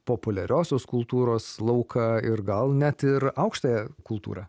populiariosios kultūros lauką ir gal net ir aukštąją kultūrą